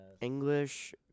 English